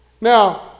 Now